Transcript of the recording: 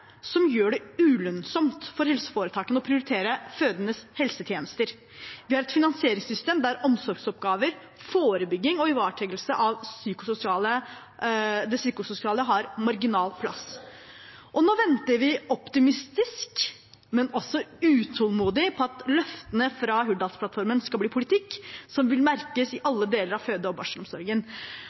som gjør det ulønnsomt for helseforetakene å prioritere fødendes helsetjenester. Vi har et finansieringssystem der omsorgsoppgaver, forebygging og ivaretagelse av det psykososiale har marginal plass. Nå venter vi optimistisk, men også utålmodig på at løftene fra Hurdalsplattformen skal bli politikk som vil merkes i alle deler av føde- og barselomsorgen.